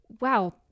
wow